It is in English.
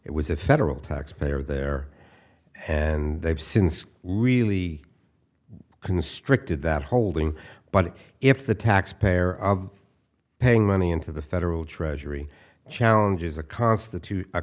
it was a federal taxpayer there and they've since really constricted that holding but if the taxpayer paying money into the federal treasury challenges a constitute a